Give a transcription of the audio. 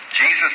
Jesus